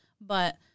but-